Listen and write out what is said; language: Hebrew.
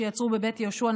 שיעצרו בבית יהושע,